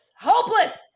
Hopeless